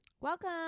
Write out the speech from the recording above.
Welcome